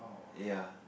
ya